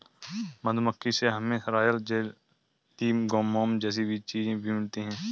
मधुमक्खी से हमे रॉयल जेली, मोम जैसी चीजे भी मिलती है